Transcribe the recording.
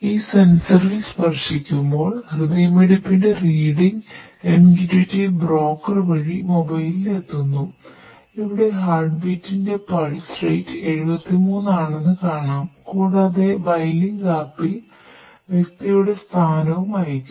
ഈ സെൻസറിൽ വ്യക്തിയുടെ സ്ഥാനവും അയക്കുന്നു